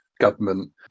government